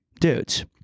dudes